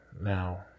now